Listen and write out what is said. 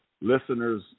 listeners